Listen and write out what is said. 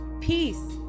peace